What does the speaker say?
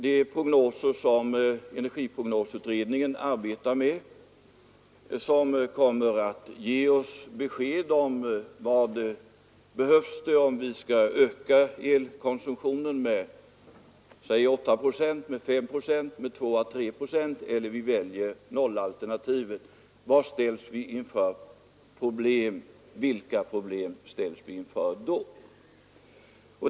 De prognoser som energiprognos 61 utredningen arbetar med kommer då att ge oss besked om vad som behövs om vi vill öka vår elkonsumtion med 8, 5, 2 eller 3 procent eller om vi väljer nollalternativet. Det kommer att visa vilka problem vi då ställs inför.